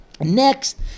Next